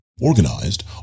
organized